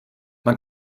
man